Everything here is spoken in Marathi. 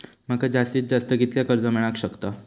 माका जास्तीत जास्त कितक्या कर्ज मेलाक शकता?